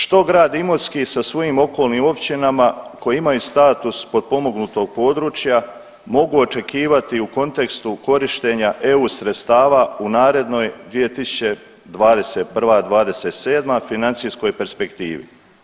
Što grad Imotski sa svojim okolnim općinama koje imaju status potpomognutog područja mogu očekivati u kontekstu korištenja eu sredstava u narednoj 2021.-2017. financijskoj perspektivi?